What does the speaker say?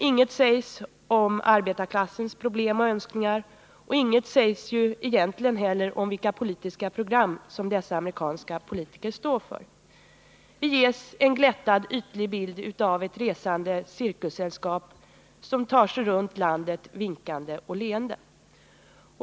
Inget sägs om arbetarklassens problem och önskningar, och inget sägs ju egentligen heller om vilka politiska program som dessa amerikanska politiker står för. Vi ser en glättad, ytlig bild av ett resande cirkussällskap, som tar sig runt landet vinkande och leende.